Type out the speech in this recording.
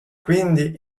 quindi